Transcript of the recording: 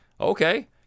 Okay